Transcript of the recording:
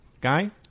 guy